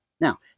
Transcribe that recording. Now